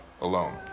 alone